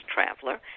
Traveler